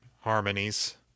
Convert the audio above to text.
harmonies